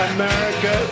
America